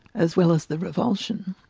as well as the revulsion.